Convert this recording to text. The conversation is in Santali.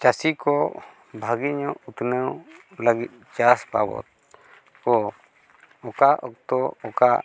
ᱪᱟᱹᱥᱤ ᱠᱚ ᱵᱷᱟᱜᱮ ᱧᱚᱜ ᱩᱛᱱᱟᱹᱣ ᱞᱟᱹᱜᱤᱫ ᱪᱟᱥ ᱵᱟᱵᱚᱫ ᱠᱚ ᱚᱠᱟ ᱚᱠᱛᱚ ᱚᱠᱟ